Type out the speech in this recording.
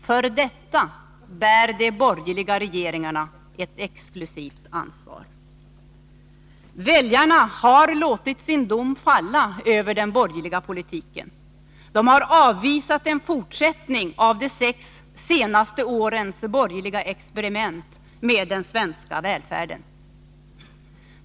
För detta bär de borgerliga regeringarna ett exklusivt ansvar. Väljarna har låtit sin dom falla över den borgerliga politiken. De har avvisat en fortsättning av de sex senaste årens borgerliga experiment med den svenska välfärden.